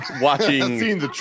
watching